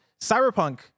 Cyberpunk